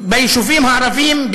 ביישובים הערביים,